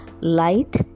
light